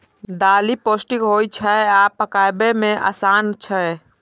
दालि पौष्टिक होइ छै आ पकबै मे आसान छै